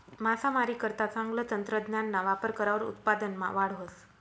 मासामारीकरता चांगलं तंत्रज्ञानना वापर करावर उत्पादनमा वाढ व्हस